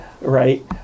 Right